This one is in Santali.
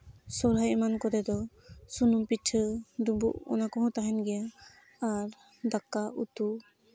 ᱥᱚᱦᱚᱨᱟᱭ ᱮᱢᱟᱱ ᱠᱚᱨᱮᱫᱚ ᱥᱩᱱᱩᱢ ᱯᱤᱴᱷᱟᱹ ᱰᱩᱢᱵᱩᱜ ᱚᱱᱟ ᱠᱚᱦᱚᱸ ᱛᱟᱦᱮᱱ ᱜᱮᱭᱟ ᱟᱨ ᱫᱟᱠᱟ ᱩᱛᱩ